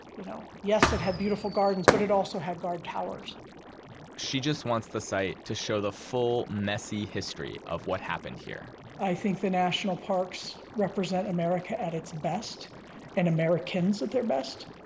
you know? yes, it had beautiful gardens, but it also had guard towers she just wants the site to show the full, messy history of what happened here i think the national parks represent america at its best and americans at their best,